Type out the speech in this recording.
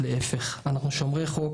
להפך: אנחנו שומרי חוק,